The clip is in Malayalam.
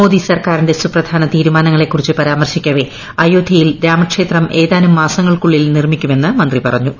മോദി സർക്കാറിന്റെ സുപ്രധാന തീരുമാനങ്ങളെക്കുറിച്ച് പരാമർശിക്കവെ അയോധ്യയിൽ രാമക്ഷേത്രം ഏതാനും മാസങ്ങൾക്കുള്ളിൽ നിർമ്മിക്കുമെന്ന് മന്ത്രി പറഞ്ഞു